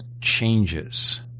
changes